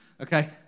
Okay